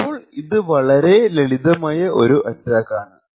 ഇപ്പോൾ ഇത് വളരെ ലളിതമായ ഒരു അറ്റാക്ക് ആണ്